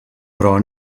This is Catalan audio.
però